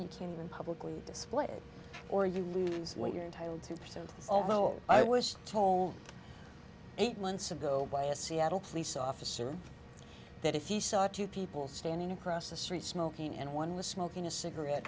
you can't even publicly displayed it or you lose what you're entitled to present although i was told eight months ago by a seattle police officer that if he saw two people standing across the street smoking and one was smoking a cigarette